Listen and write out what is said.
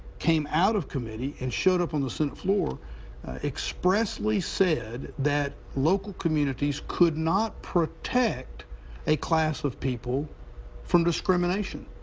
came out of committee and showed up on the senate floor expressly said that local commmunities could not protect a class of people from discrimination.